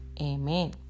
Amen